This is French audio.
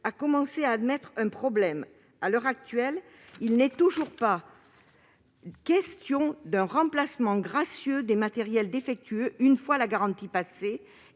a commencé à admettre l'existence d'un problème. À l'heure actuelle, il n'est toujours pas question d'un remplacement gracieux des matériels défectueux une fois la garantie expirée,